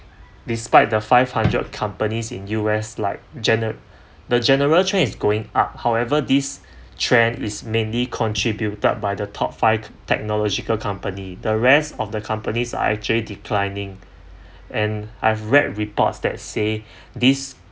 despite the five hundred companies in U_S like gene~ the general trend is going up however this trend is mainly contributed by the top five technological company the rest of the company's are actually declining and I've read reports that say this